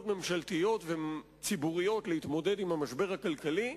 ממשלתיות וציבוריות להתמודד עם המשבר הכלכלי,